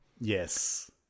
Yes